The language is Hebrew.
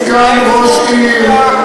אני הייתי סגן ראש עיר,